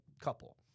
couple